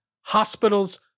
hospitals